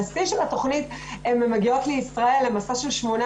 בשיא של התוכנית הן מגיעות לישראל למסע של שמונה